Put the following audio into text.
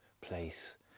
place